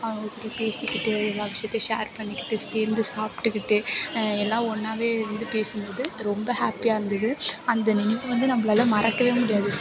அவங்கக்கூட பேசிக்கிட்டு எல்லா விஷயத்தையும் ஷேர் பண்ணிக்கிட்டு சேர்ந்து சாப்பிட்டுக்கிட்டு எல்லாம் ஒன்னாகவே இருந்து பேசும்போது ரொம்ப ஹாப்பியாக இருந்தது அந்த நினைவை வந்து நம்மளால மறக்கவே முடியாது